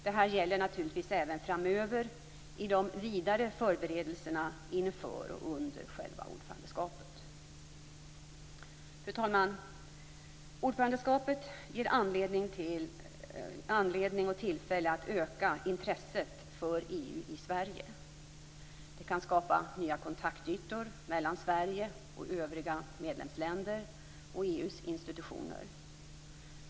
Detta gäller naturligtvis även framöver i de vidare förberedelserna inför och under själva ordförandeskapet. Fru talman! Ordförandeskapet ger anledning och tillfälle till att öka intresset för EU i Sverige. Det kan skapa nya kontaktytor mellan Sverige och övriga medlemsländer och EU:s institutioner.